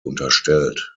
unterstellt